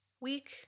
week